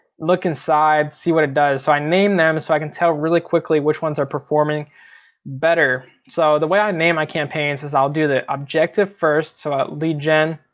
look inside, see what it does, so i name them so i can tell really quickly which ones are performing better. so the way i name my campaigns is i'll do the objective first, so ah lead gen.